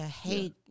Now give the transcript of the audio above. hate